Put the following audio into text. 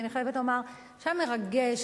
שהיה מרגש,